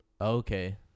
Okay